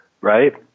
right